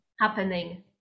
happening